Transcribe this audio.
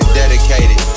dedicated